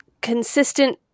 consistent